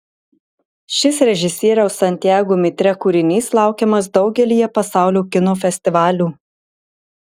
šis režisieriaus santiago mitre kūrinys laukiamas daugelyje pasaulio kino festivalių